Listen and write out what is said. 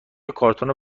کارتون